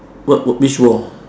what what which wall